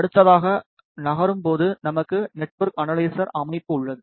அடுத்ததாக நகரும் போது நமக்கு நெட்ஒர்க் அனலைசர் அமைப்பு உள்ளது